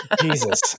Jesus